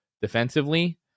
defensively